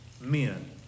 men